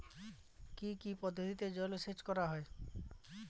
কি কি পদ্ধতিতে জলসেচ করা হয়?